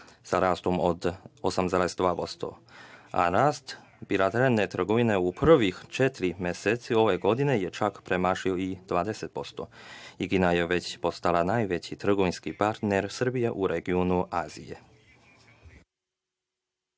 sa rastom od 8,2%, a rast bilateralne trgovine u prvih četiri meseca ove godine je čak premašio i 20% i Kina je postala najveći trgovinski partner Srbije u regionu Azije. Most